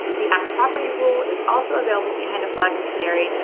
the property rule is also available behind a flag in canary.